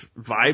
vibe